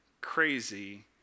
crazy